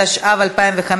התשע"ו 2016,